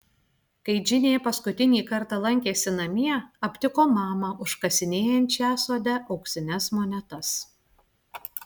kai džinė paskutinį kartą lankėsi namie aptiko mamą užkasinėjančią sode auksines monetas